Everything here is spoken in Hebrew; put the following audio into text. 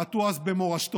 בעטו אז במורשתו.